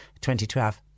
2012